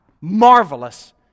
marvelous